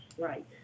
Right